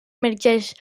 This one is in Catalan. emergeix